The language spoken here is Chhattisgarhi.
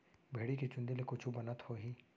भेड़ी के चूंदी ले कुछु बनत होही?